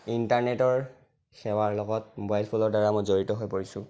ইণ্টাৰনেটৰ সেৱাৰ লগত ম'বাইল ফোনৰদ্বাৰা মই জড়িত হৈ পৰিছোঁ